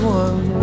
one